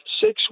six